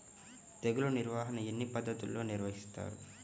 తెగులు నిర్వాహణ ఎన్ని పద్ధతుల్లో నిర్వహిస్తారు?